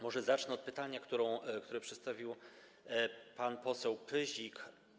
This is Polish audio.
Może zacznę od pytania, które przedstawił pan poseł Pyzik.